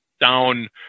down